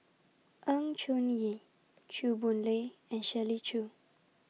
Choon Yee Chew Boon Lay and Shirley Chew